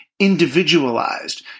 Individualized